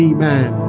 Amen